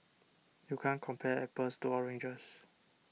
you can't compare apples to oranges